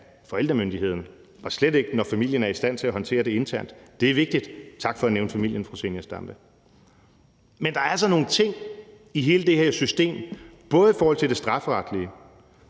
forældremyndigheden og slet ikke, når familien er i stand til at håndtere det internt. Det er vigtigt. Tak for at nævne familien, fru Zenia Stampe. Kl. 14:36 Men der er altså nogle ting i hele det her system, både i forhold til det strafferetlige,